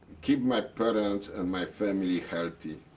keep my parents and my family healthy.